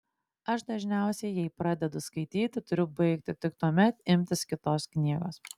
aš dažniausiai jei pradedu skaityti turiu baigti tik tuomet imtis kitos knygos